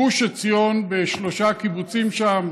גוש עציון, בשלושה קיבוצים שם,